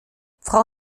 frau